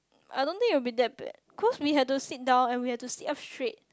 I don't think it will be that bad cause we had to sit down and we had to sit up straight